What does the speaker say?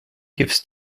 gives